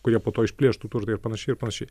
kurie po to išplėštų turtą ir panašiai ir panašiai